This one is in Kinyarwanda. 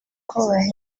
kubaha